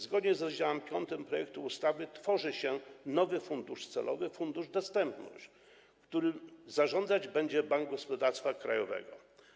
Zgodnie z rozdziałem 5 projektu ustawy tworzy się nowy fundusz celowy Fundusz Dostępności, którym zarządzać będzie Bank Gospodarstwa Krajowego.